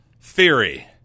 Theory